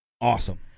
Awesome